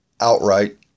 outright